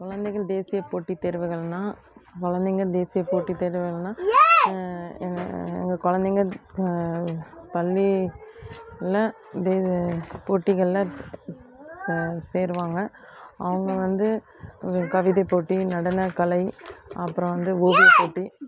குழந்தைகள் தேசியப் போட்டித் தேர்வுகள்னால் கொழந்தைங்க தேசியப் போட்டித் தேர்வுகள்னால் எங்கள் கொழந்தைங்க பள்ளிகளில் இது போட்டிகளில் சேர்வாங்க அவங்க வந்து ஒரு கவிதைப் போட்டி நடனக்கலை அப்புறம் வந்து ஓவியப் போட்டி